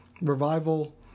Revival